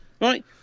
Right